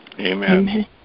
Amen